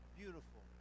beautiful